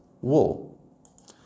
wool